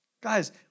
guys